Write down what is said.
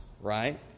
right